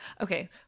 Okay